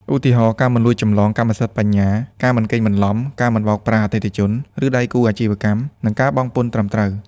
ឧទាហរណ៍ ការមិនលួចចម្លងកម្មសិទ្ធិបញ្ញា ការមិនកេងបន្លំ ការមិនបោកប្រាស់អតិថិជន ឬដៃគូអាជីវកម្ម និងការបង់ពន្ធត្រឹមត្រូវ។